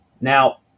Now